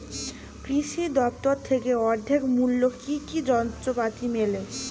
কৃষি দফতর থেকে অর্ধেক মূল্য কি কি যন্ত্রপাতি মেলে?